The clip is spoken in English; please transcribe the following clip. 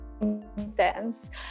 intense